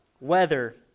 weather